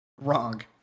Wrong